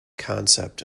concept